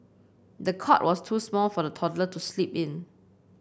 the cot was too small for the toddler to sleep in